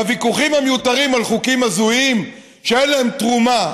בוויכוחים המיותרים על חוקים הזויים שאין להם תרומה,